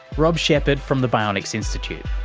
rob shepherd from the bionics institute.